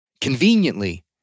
Conveniently